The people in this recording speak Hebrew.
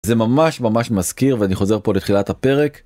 זה ממש ממש מזכיר ואני חוזר פה לתחילת הפרק.